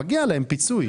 מגיע להם פיצוי.